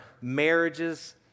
marriages